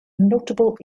notable